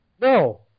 No